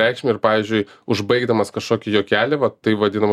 reikšmę ir pavyzdžiui užbaigdamas kažkokį juokelį va tai vadinamą